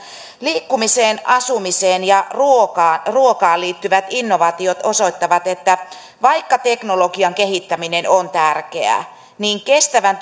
liikkumiseen asumiseen ja ruokaan liittyvät innovaatiot osoittavat että vaikka teknologian kehittäminen on tärkeää niin kestävän